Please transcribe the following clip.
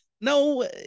no